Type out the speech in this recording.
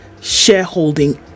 shareholding